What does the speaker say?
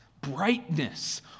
brightness